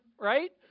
right